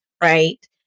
Right